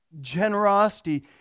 generosity